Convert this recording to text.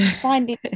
Finding